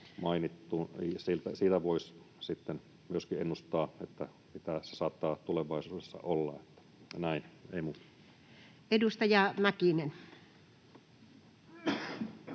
Siitä voisi sitten myöskin ennustaa, mitä se saattaa tulevaisuudessa olla. — Näin,